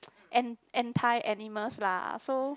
and anti animals lah so